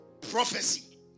prophecy